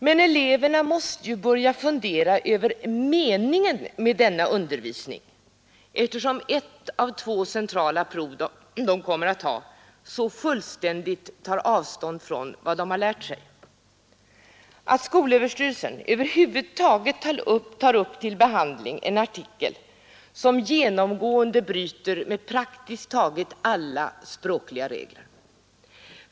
Men eleverna måste likväl börja fundera över meningen med denna undervisning eftersom ett av två centrala prov som de kommer att ha så fullständigt tar avstånd från vad de lärt sig, eftersom skolöverstyrelsen tar upp till behandling en artikel som genomgående bryter mot praktiskt taget alla språkliga regler.